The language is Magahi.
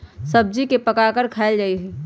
सब्जी के पकाकर खायल जा हई